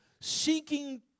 seeking